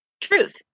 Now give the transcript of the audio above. truth